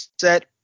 set